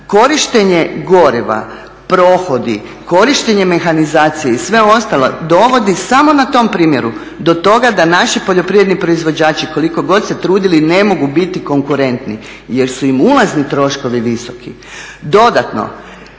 Korištenje goriva, prohodi, korištenje mehanizacije i sve ostalo dovodi samo na tom primjeru do toga da naši poljoprivredni proizvođači koliko god se trudili ne mogu biti konkurentni jer su im ulazni troškovi visoki. Dodatno,